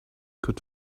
could